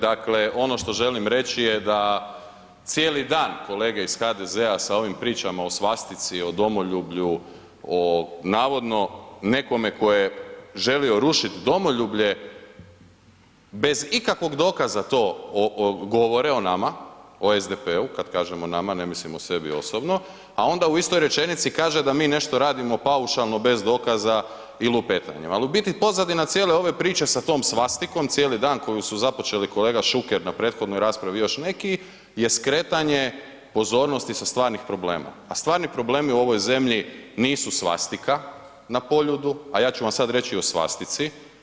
Dakle ono što želim reći je da cijeli dan kolege iz HDZ-a sa ovim pričama o svastici, o domoljublju, o navodno nekome tko je želio rušiti domoljublje bez ikakvog dokaza to govore o nama, o SDP-u, kad kažemo nama ne mislim o sebi osobno, a onda istoj rečenici kaže da mi nešto radimo paušalno, bez dokaza i lupetanjem ali u biti pozadina cijele ove priče sa tom svastikom cijeli dan koju su započeli kolega Šuker na prethodnoj raspravi i još neki je skretanje pozornosti sa stvarnih problema a stvarni problemi u ovoj zemlji nisu svastika na Poljudu a ja ću vam sad reći i o svastici.